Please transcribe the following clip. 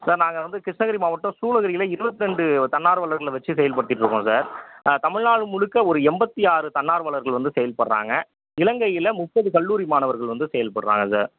sir நாங்கள் வந்து கிருஷ்ணகிரி மாவட்டம் சூலகிரியில் இருபத்திரெண்டு தன்னார்வலர்களை வைச்சி செயல்படுத்திக்கிட்டு இருக்கோம் சார் தமிழ்நாடு முழுக்க ஒரு எண்பத்தி ஆறு தன்னார்வலர்கள் வந்து செயல்படுறாங்க இலங்கையில் முப்பது கல்லூரி மாணவர்கள் வந்து செயல்படுறாங்க சார்